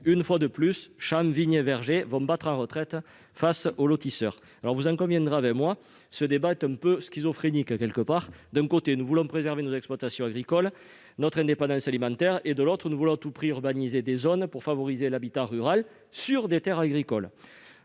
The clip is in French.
Une fois de plus, champs, vignes et vergers battent en retraite face aux lotisseurs. Vous en conviendrez avec moi, ce débat a un caractère quelque peu schizophrénique : d'un côté, nous voulons préserver nos exploitations agricoles et notre indépendance alimentaire ; de l'autre, nous voulons à tout prix urbaniser des zones pour favoriser l'habitat rural sur des terres agricoles